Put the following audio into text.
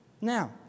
Now